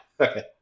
Okay